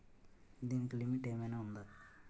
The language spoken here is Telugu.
దీనికి లిమిట్ ఆమైనా ఉందా?